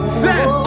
set